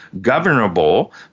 governable